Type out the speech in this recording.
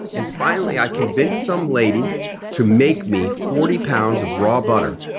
and finally i convinced some lady to make me forty pounds of raw butter